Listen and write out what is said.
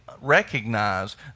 recognize